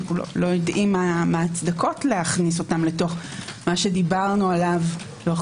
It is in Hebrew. לא יודעים מה ההצדקות להכניס אותם לתוך מה שדיברנו עליו לאורך